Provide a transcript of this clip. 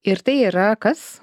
ir tai yra kas